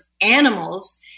animals